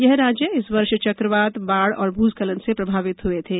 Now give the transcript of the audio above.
यह राज्य इस वर्ष चक्रवात बाढ़ और भूस्खलन से प्रभावित हुए थे